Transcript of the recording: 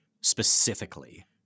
specifically